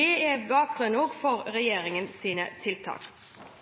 Det er også bakgrunnen for regjeringens tiltak. Regjeringen